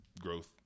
growth